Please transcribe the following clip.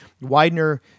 Widener